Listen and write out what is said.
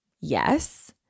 yes